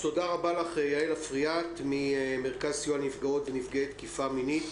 תודה רבה לך יעל אפריאט ממרכז סיוע לנפגעות ולנפגעי תקיפה מינית